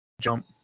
Jump